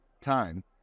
Time